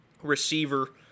receiver